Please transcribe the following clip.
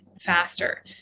faster